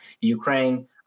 Ukraine